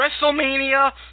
Wrestlemania